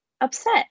upset